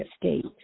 state